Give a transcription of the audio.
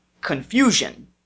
confusion